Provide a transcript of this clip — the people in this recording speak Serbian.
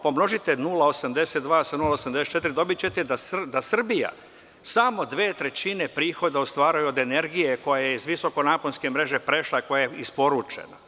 Pomnožite 0,82 sa 0, 84 i dobićete da Srbija samo dve trećine prihoda ostvaruje od energije koja je iz visokonaponske mreže prešla, koja je isporučena.